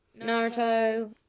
Naruto